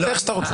איך שאתה רוצה.